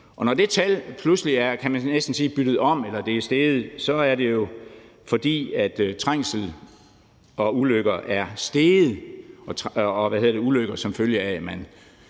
byttet om eller det er steget, så er det jo, fordi trængsel og ulykker er steget – ulykker, som følge af